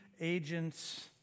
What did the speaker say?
agents